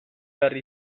behar